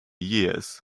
years